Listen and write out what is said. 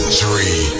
three